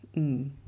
mm